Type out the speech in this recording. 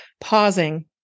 pausing